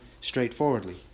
straightforwardly